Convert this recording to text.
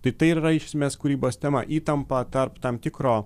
tai tai ir yra iš esmės kūrybos tema įtampa tarp tam tikro